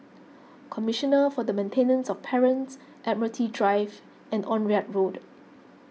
Commissioner for the Maintenance of Parents Admiralty Drive and Onraet Road